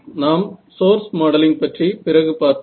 நாம் source modelling பற்றி பிறகு பார்ப்போம்